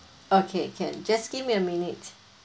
okay can just give me a minute